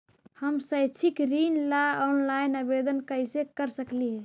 हम शैक्षिक ऋण ला ऑनलाइन आवेदन कैसे कर सकली हे?